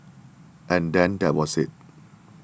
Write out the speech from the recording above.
and then that was it